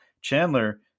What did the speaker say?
Chandler